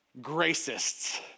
gracists